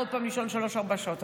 ועוד פעם לישון שלוש-ארבע שעות.